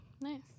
Nice